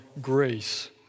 grace